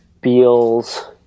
beals